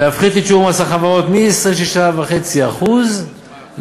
להפחית את שיעור מס החברות מ-26.5% ל-25%.